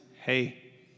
hey